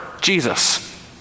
Jesus